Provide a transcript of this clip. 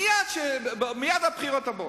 מייד בבחירות הבאות.